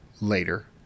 later